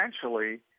essentially